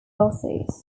losses